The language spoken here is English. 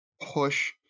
push